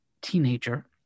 teenager